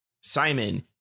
Simon